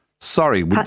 Sorry